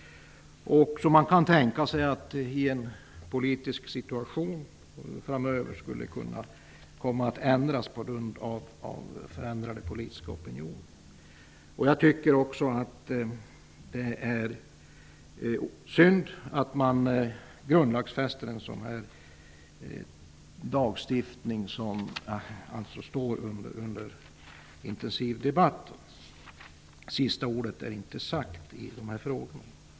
Man kan tänka sig att detta skulle kunna ändras framöver i en annan politisk situation på grund av en förändrad opinion. Jag tycker att det är synd att man grundlagsfäster en lag som står under intensiv debatt. Sista ordet är ännu inte sagt i dessa frågor.